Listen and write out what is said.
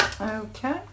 Okay